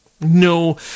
no